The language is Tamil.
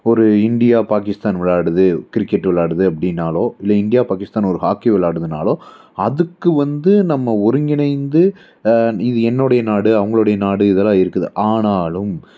ஒரு இந்தியா பாக்கிஸ்தான் விளையாடுது கிரிக்கெட் விளையாடுது அப்படின்னாலோ இல்லை இந்தியா பாகிஸ்தான் ஒரு ஹாக்கி விளையாடுனாலோ அதுக்கு வந்து நம்ம ஒருங்கிணைந்து இது என்னோடைய நாடு அவங்களுடைய நாடு இதெல்லாம் இருக்குது ஆனாலும்